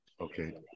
Okay